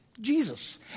Jesus